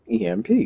EMP